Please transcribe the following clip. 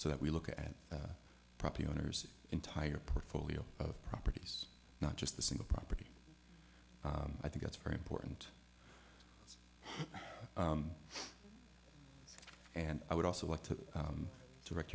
so that we look at property owners entire portfolio of properties not just the single property i think that's very important and i would also like to direct